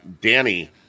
Danny